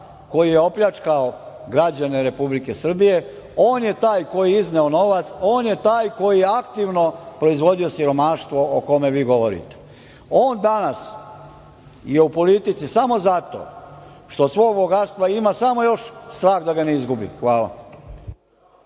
koji je opljačkao građane Republike Srbije, on je taj koji je izneo novac, on je taj koji je aktivno proizvodio siromaštvo o kome vi govorite. On danas je u politici samo zato što sva bogatstva ima samo još strah da ga ne izgubi. Hvala.